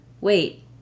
wait